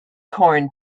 corn